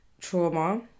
trauma